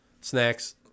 Snacks